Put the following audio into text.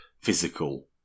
physical